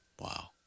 Wow